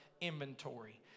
inventory